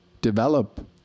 Develop